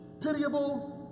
pitiable